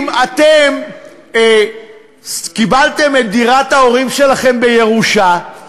אם אתם קיבלתם את דירת ההורים שלכם בירושה,